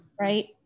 Right